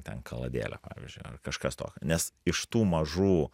ten kaladėlė pavyzdžiui ar kažkas tokio nes iš tų mažų